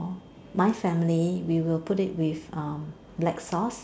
my family we will put it with um black sauce